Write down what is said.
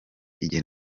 igihe